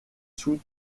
sous